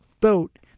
boat